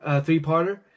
three-parter